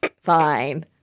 fine